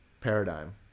paradigm